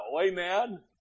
Amen